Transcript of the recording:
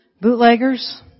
bootleggers